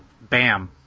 Bam